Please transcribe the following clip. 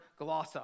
glossa